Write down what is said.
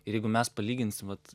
ir jeigu mes palyginsim vat